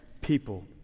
people